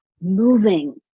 moving